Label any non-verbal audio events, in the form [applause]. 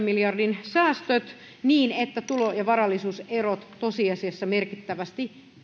[unintelligible] miljardin säästöt niin että tulo ja varallisuuserot tosiasiassa merkittävästi